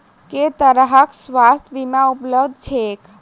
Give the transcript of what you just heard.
केँ तरहक स्वास्थ्य बीमा उपलब्ध छैक?